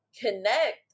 connect